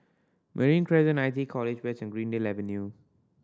Marine Crescent nineteen College West Greendale Avenue